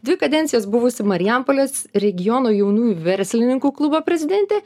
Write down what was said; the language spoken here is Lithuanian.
dvi kadencijas buvusi marijampolės regiono jaunųjų verslininkų klubo prezidentė